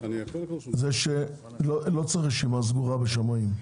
זה שלא צריך רשימה סגורה בשמאים.